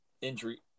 injury